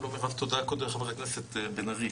שלום מירב, חברת הכנסת בן ארי.